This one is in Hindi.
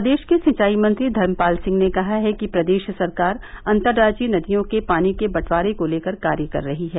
प्रदेश के सिंचाई मंत्री धर्मपाल सिंह ने कहा है कि प्रदेश सरकार अन्तर्राज्यीय नदियों के पानी के बंटवारे को लेकर कार्य कर रही है